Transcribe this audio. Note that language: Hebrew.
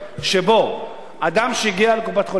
שבו אדם שהגיע לקופת-חולים,